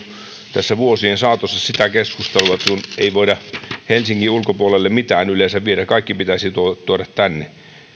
tässä vuosien saatossa sitä keskustelua että ei voida helsingin ulkopuolelle mitään yleensä viedä kaikki pitäisi tuoda tänne